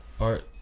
art